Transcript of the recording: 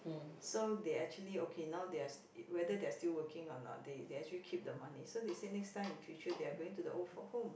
so they actually okay now they're s~ whether they still working or not they they actually keep the money so they say next time in future they are going to the old folk home